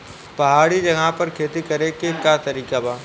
पहाड़ी जगह पर खेती करे के का तरीका बा?